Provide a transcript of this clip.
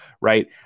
right